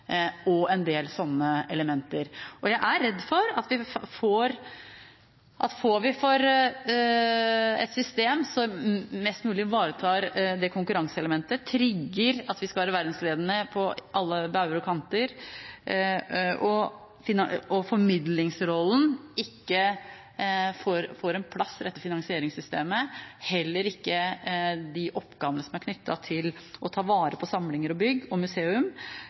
og en del slike elementer. Jeg er redd for at får vi et system som mest mulig ivaretar konkurranseelementet, trigger at vi skal være verdensledende på alle bauger og kanter, og at formidlingsrollen ikke får en plass i dette finansieringssystemet – heller ikke de oppgavene som er knyttet til å ta vare på samlinger og bygg og